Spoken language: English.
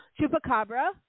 Chupacabra